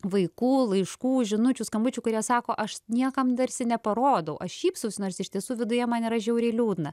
vaikų laiškų žinučių skambučių kurie sako aš niekam tarsi neparodau aš šypsausi nors iš tiesų viduje man yra žiauriai liūdna